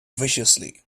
viciously